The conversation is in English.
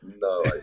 no